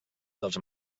dels